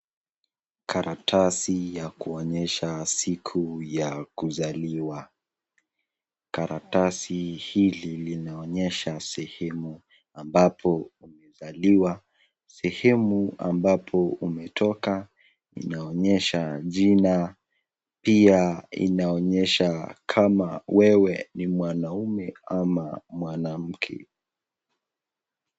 Karatasi ya kuonyesha siku ya kuzaliwa. Karatasi hili linaonyesha sehemu ambapo umezaliwa, sehemu ambapo umetoka, inaonyesha jina pia inaonyesha kama wewe ni mwanaume ama ni mwanamke.